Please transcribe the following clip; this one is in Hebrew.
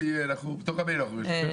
בתוך עמנו אנחנו יושבים.